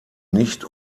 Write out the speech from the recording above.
nicht